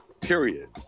Period